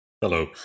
Hello